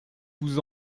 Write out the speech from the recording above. vous